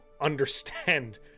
understand